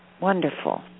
wonderful